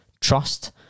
trust